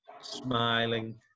smiling